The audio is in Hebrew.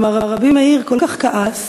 כלומר, רבי מאיר כל כך כעס,